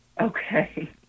Okay